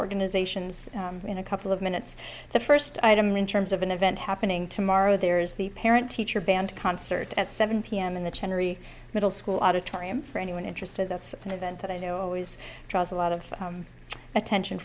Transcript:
organizations in a couple of minutes the first item in terms of an event happening tomorrow there is the parent teacher band concert at seven pm in the cherry middle school auditorium for anyone interested that's an event that i know always draws a lot of attention